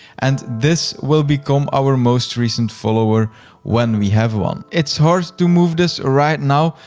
and this will become our most recent follower when we have one. it's hard to move this right now,